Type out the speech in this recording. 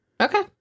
Okay